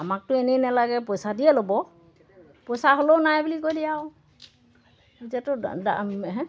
আমাকতো এনেই নালাগে পইচা দিয়ে ল'ব পইচা হ'লেও নাই বুলি কৈ দিয়ে আৰু এতিয়াতো